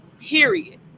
period